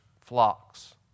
flocks